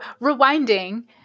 rewinding